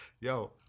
Yo